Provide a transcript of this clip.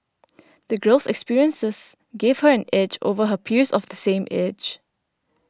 the girl's experiences gave her an edge over her peers of the same age